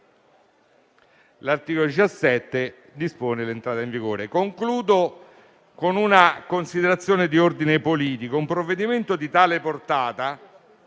L'articolo 17 dispone l'entrata in vigore del provvedimento. Concludo con una considerazione di ordine politico. Un provvedimento di tale portata